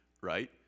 right